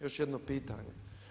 Još jedno pitanje.